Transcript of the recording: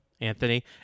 Anthony